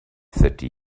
thirty